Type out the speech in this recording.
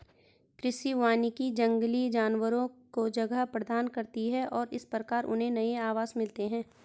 कृषि वानिकी जंगली जानवरों को जगह प्रदान करती है और इस प्रकार उन्हें नए आवास मिलते हैं